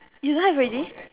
you don't have already